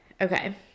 okay